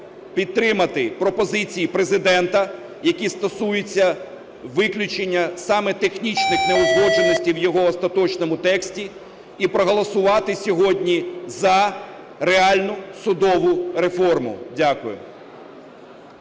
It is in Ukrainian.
підтримати пропозиції Президента, які стосуються виключення саме технічних неузгодженостей в його остаточному тексті, і проголосувати сьогодні за реальну судову реформу. Дякую.